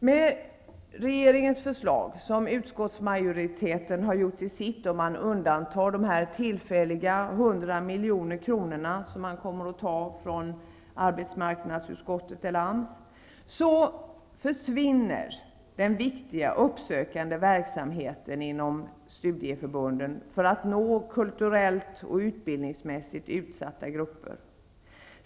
Med regeringens förslag, som utskottsmajoriteten har gjort till sitt, med undantag för de tillfälliga 100 miljonerna, som man kommer att ta från AMS, försvinner den viktiga uppsökande verksamheten inom studieförbunden för att nå kulturellt och utbildningsmässigt utsatta grupper.